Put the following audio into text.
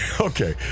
okay